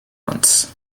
once